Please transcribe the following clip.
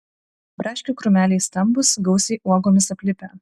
braškių krūmeliai stambūs gausiai uogomis aplipę